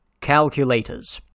calculators